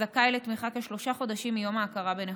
הזכאי לתמיכה כשלושה חודשים מיום ההכרה בנכותו.